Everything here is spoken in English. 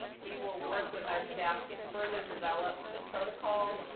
we will work with our staff to further develop the protocols,